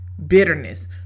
bitterness